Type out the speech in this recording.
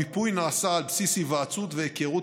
המיפוי נעשה על בסיס היוועצות והיכרות